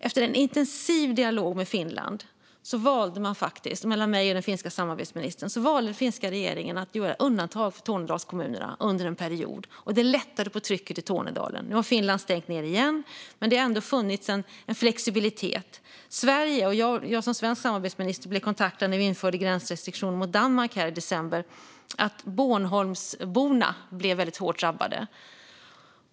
Efter en intensiv dialog med Finland och mellan mig och den finska samarbetsministern valde den finska regeringen att under en period göra ett undantag för Tornedalskommunerna. Det lättade på trycket i Tornedalen. Nu har Finland stängt ned igen, men det har ändå funnits en flexibilitet. Jag som svensk samarbetsminister blev kontaktad när Sverige i december införde gränsrestriktioner mot Danmark. Bornholmsborna blev då väldigt hårt drabbade.